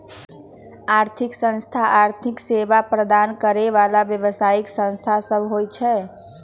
आर्थिक संस्थान आर्थिक सेवा प्रदान करे बला व्यवसायि संस्था सब होइ छै